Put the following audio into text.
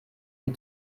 die